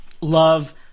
Love